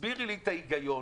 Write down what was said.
תסבירי לי את ההיגיון